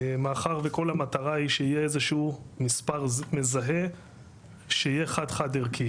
מאחר וכל המטרה היא שיהיה איזשהו מספר מזהה שיהיה חד-חד ערכי